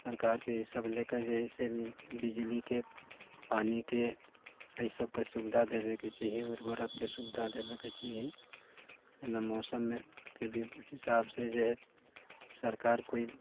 सरकारके एहिसभ लेल जे हइ से बिजलीके पानीके एहिसभके सुविधा देबयके चाहिए उर्वरकके सुविधा देबयके चाहिए ना मौसममे के हिसाबसँ जे हइ सरकार कोइ